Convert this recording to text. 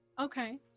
okay